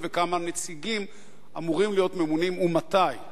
וכמה נציגים אמורים להיות ממונים ומתי?